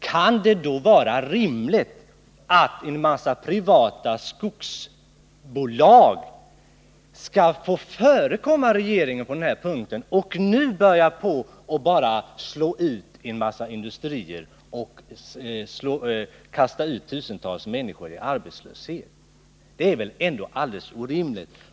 Kan det då vara rimligt att en mängd privata skogsbolag på denna punkt skall få förekomma regeringen och nu börja slå ut en mängd industrier och kasta ut tusentals människor i arbetslöshet? Det är väl ändå orimligt.